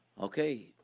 Okay